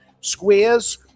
Squares